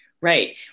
Right